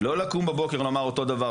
לא לקום בבוקר לומר אותו דבר,